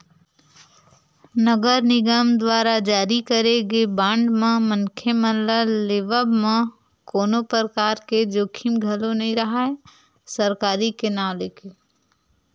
नगर निगम दुवारा जारी करे गे बांड म मनखे मन ल लेवब म कोनो परकार के जोखिम घलो नइ राहय सरकारी के नांव लेके